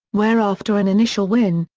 where after an initial win,